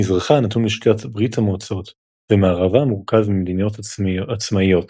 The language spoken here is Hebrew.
מזרחה נתון לשליטת ברית המועצות ומערבה מורכב ממדינות עצמאיות.